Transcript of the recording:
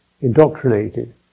indoctrinated